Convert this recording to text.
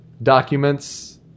Documents